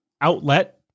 outlet